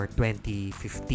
2015